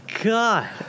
God